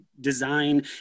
design